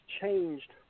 changed